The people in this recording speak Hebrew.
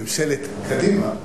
ממשלת קדימה.